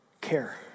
care